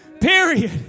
period